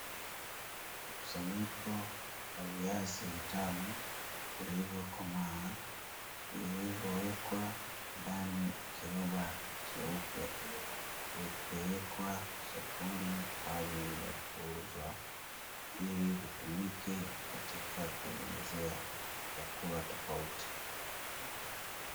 Mkusanyiko wa viazi vitamu vilivyokomaa vilivyowekwa ndani ya kiroba cheupe, vikipelekwa sokoni kwa ajili ya kuuzwa ili vitumike katika kutengenezea vyakula tofauti.